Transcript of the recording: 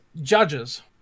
judges